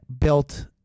built